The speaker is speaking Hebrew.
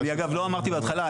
אני אגב לא אמרתי בהתחלה,